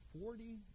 forty